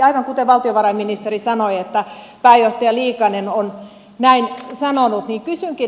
aivan kuten valtiovarainministeri sanoi että pääjohtaja liikanen on näin sanonut niin kysynkin